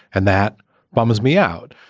and that bums me out.